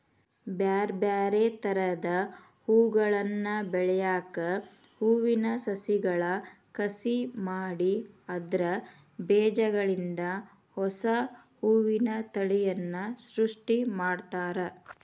ಬ್ಯಾರ್ಬ್ಯಾರೇ ತರದ ಹೂಗಳನ್ನ ಬೆಳ್ಯಾಕ ಹೂವಿನ ಸಸಿಗಳ ಕಸಿ ಮಾಡಿ ಅದ್ರ ಬೇಜಗಳಿಂದ ಹೊಸಾ ಹೂವಿನ ತಳಿಯನ್ನ ಸೃಷ್ಟಿ ಮಾಡ್ತಾರ